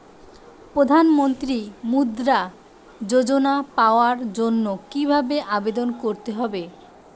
প্রধান মন্ত্রী মুদ্রা যোজনা পাওয়ার জন্য কিভাবে আবেদন করতে হবে?